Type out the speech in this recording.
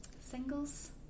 singles